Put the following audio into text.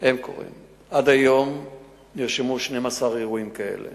עד היום נרשמו 12 אירועים כאלה